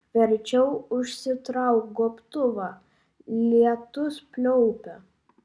verčiau užsitrauk gobtuvą lietus pliaupia